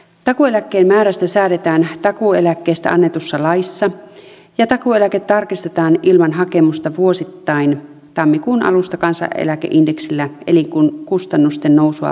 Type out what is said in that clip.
takuueläkkeen määrästä säädetään takuueläkkeestä annetussa laissa ja takuueläke tarkistetaan ilman hakemusta vuosittain tammikuun alusta kansaneläkeindeksillä eli kustannusten nousua vastaavasti